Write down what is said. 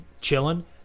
chilling